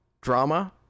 drama